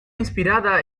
inspirada